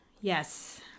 Yes